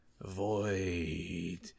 void